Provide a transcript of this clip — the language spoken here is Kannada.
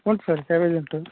ಉಂಟು ಸರ್ ಕ್ಯಾಬೇಜ್ ಉಂಟು